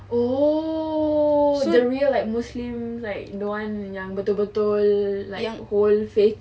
oh the real like muslim like one yang betul betul like hold faith